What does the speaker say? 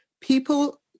people